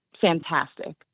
fantastic